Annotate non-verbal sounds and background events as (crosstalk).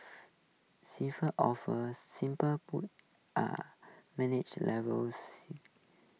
seafarer officers simply put are management level (unintelligible)